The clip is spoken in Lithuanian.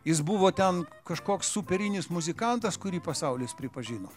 jis buvo ten kažkoks superinis muzikantas kurį pasaulis pripažino